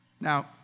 Now